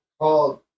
called